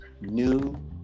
new